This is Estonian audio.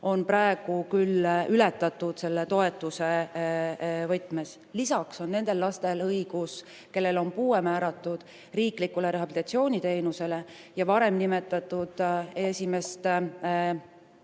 on praegu küll selle toetuse võtmes ületatud. Lisaks on nendel lastel, kellele on puue määratud, õigus riiklikule rehabilitatsiooniteenusele ja varem nimetatud esimest